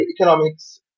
economics